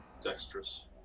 dexterous